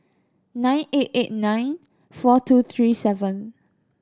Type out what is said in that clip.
nine eight eight nine four two three seven